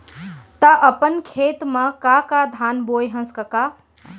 त अपन खेत म का का धान बोंए हस कका?